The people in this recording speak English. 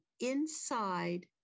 inside